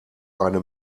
eine